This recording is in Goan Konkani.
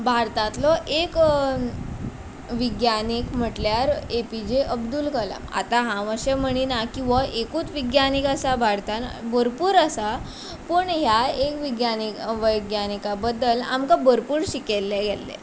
भारतांतलो एक विज्ञानीक म्हटल्यार एपीजे अब्दूल कलाम आतां हांव अशें म्हणिना की वो एकूत विज्ञानीक आसा भारतान भरपूर आसा पूण ह्या एक विज्ञानी वैज्ञानिका बद्दल आमकां भरपूर शिकयल्लें गेल्लें